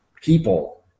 people